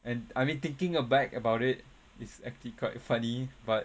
and I mean thinking back about it is actually quite funny but